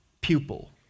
pupil